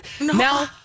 No